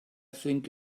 think